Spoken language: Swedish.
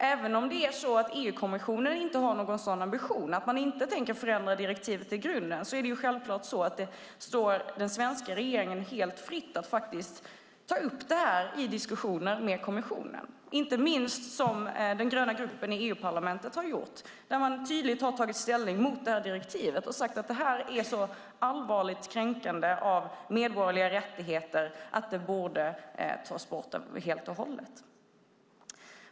Även om EU-kommissionen inte har någon sådan ambition, att man inte tänker förändra direktivet i grunden, står det självklart den svenska regeringen helt fritt att ta upp det i diskussionen med kommissionen, som inte minst den gröna gruppen i EU-parlamentet har gjort. De har tydligt tagit ställning mot direktivet och sagt att det är så allvarligt kränkande av medborgerliga rättigheter att det borde tas bort helt och hållet.